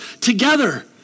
together